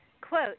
quote